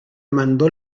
mandó